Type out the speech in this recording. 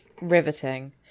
riveting